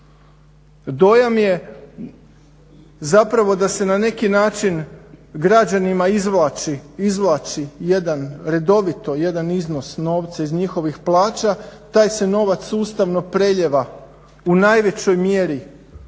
Dojam je zapravo da se na neki način građanima izvlači, izvlači jedan redovito, jedan iznos novca iz njihovih plaća, taj se novac sustavno prelijeva u najvećoj mjeri